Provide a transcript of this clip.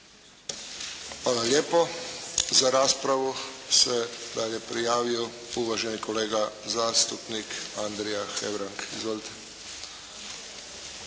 Hvala lijepo. Za raspravu se dalje prijavio uvaženi kolega zastupnik Andrija Hebrang. Izvolite.